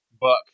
Buck